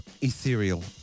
ethereal